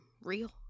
real